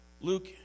Luke